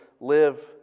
live